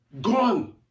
Gone